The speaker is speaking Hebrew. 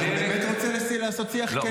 אני באמת רוצה לעשות שיח כן ופתוח עם השר.